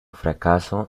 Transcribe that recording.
fracaso